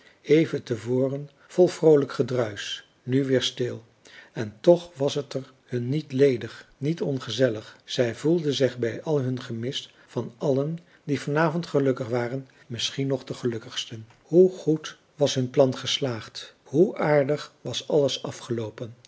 even te voren vol vroolijk gedruisch nu weer stil en toch was het er hun niet ledig niet ongezellig zij voelden zich bij al hun gemis van allen die vanavond gelukkig waren misschien nog de gelukkigsten hoe goed was hun plan geslaagd hoe aardig was alles afgeloopen